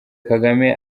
kagame